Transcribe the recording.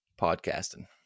podcasting